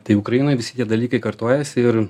tai ukrainoj visi tie dalykai kartojasi ir